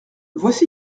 voici